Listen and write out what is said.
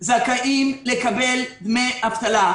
זכאים לקבל דמי אבטלה.